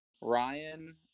Ryan